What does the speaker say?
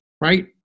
right